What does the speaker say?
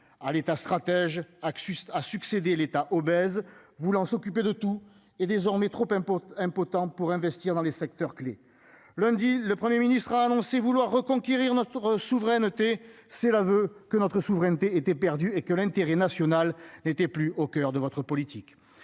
à l'État, stratège, a succédé l'État obèse voulant s'occuper de tout, est désormais trop impôts impotente pour investir dans les secteurs clés, lundi, le 1er ministre a annoncé vouloir reconquérir notre souveraineté c'est l'aveu que notre souveraineté était perdue et que l'intérêt national n'était plus au coeur de votre politique,